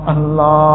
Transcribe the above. Allah